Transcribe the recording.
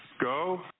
go